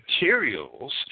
materials